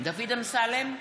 דוד אמסלם,